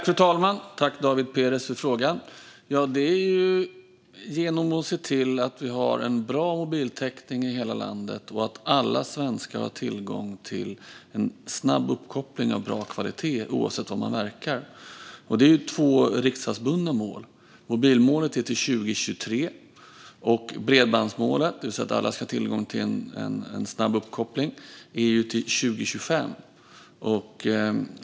Fru talman! Tack, David Perez, för frågan! Svaret är att se till att det finns en bra mobiltäckning i hela landet och att alla svenskar har tillgång till en snabb uppkoppling av bra kvalitet oavsett var man verkar. Det är två riksdagsbundna mål. Mobilmålet ska nås 2023 och bredbandsmålet, det vill säga att alla ska ha tillgång till en snabb uppkoppling, ska nås 2025.